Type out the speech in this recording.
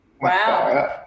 Wow